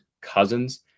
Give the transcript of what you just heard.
cousins